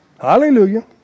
Hallelujah